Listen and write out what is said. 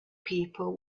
people